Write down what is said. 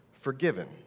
forgiven